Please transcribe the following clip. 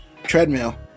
treadmill